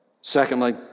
Secondly